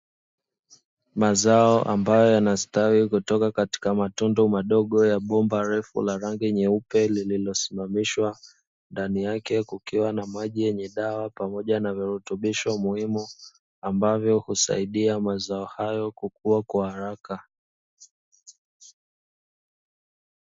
Mazao ambayo yanastawi kutoka katika matundu madogo ya bomba refu la rangi nyeupe lililosimamishwa ndani yake kukiwa ama maji yenye dawa pamoja na virutubisho muhimu ambavyo husaidia mazao hayo kukua kwa haraka